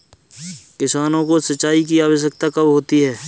किसानों को सिंचाई की आवश्यकता कब होती है?